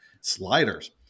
sliders